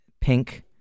pink